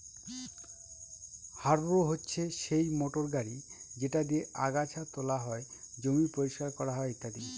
harrow হচ্ছে সেই motor গাড়ি যেটা দিয়ে আগাচ্ছা তোলা হয়, জমি পরিষ্কার করা হয় ইত্যাদি